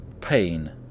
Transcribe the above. Pain